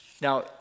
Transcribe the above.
Now